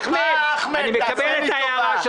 אני מקבל את ההערה.